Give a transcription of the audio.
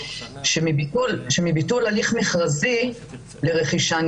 שמביטול הליך מכרזי לרכישה,